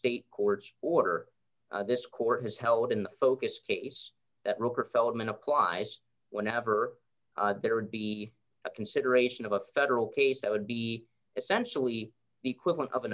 state courts order this court has held in the focus case that roker feldman applies whenever there would be a consideration of a federal case that would be essentially the equivalent of an